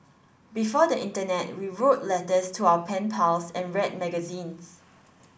before the internet we wrote letters to our pen pals and read magazines